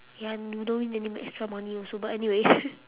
ya you don't need make extra money also but anyways